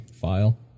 file